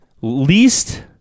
least